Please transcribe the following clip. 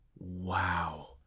Wow